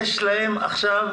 יש להם עכשיו